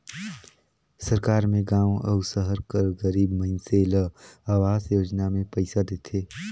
सरकार में गाँव अउ सहर कर गरीब मइनसे ल अवास योजना में पइसा देथे